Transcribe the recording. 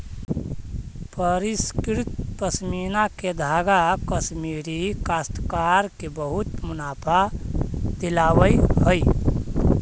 परिष्कृत पशमीना के धागा कश्मीरी काश्तकार के बहुत मुनाफा दिलावऽ हई